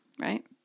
right